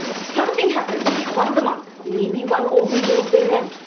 something happens once a month. maybe one ovary don't pay rent.